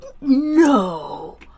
No